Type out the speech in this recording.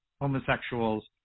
homosexuals